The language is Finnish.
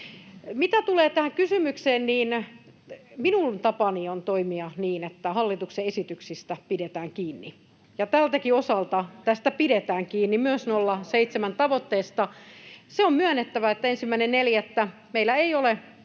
Mitä tulee tähän kysymykseen, niin minun tapani on toimia niin, että hallituksen esityksistä pidetään kiinni, ja tältäkin osalta tästä pidetään kiinni, myös 0,7:n tavoitteesta. [Ben Zyskowicz: Kuulitteko,